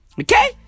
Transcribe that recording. Okay